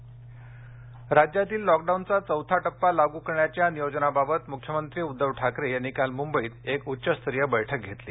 lockdown राज्यातील लॉकडाऊनचा चौथा टप्पा लागू करण्याच्या नियोजनाबाबत मुख्यमंत्री उद्धव ठाकरे यांनी काल मुंबईत एक उच्चस्तरीय बैठक घेतली